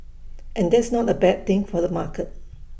and that's not A bad thing for the market